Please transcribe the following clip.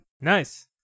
Nice